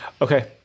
okay